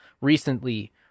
recently